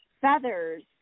feathers